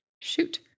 shoot